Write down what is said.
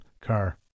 car